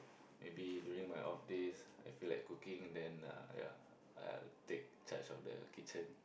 maybe during my off days I feel like cooking then I'll take charge of the kitchen